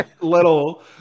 little